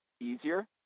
easier